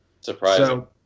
Surprising